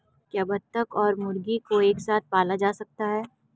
क्या बत्तख और मुर्गी को एक साथ पाला जा सकता है?